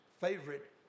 favorite